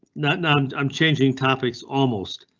not now. i'm changing topics almost.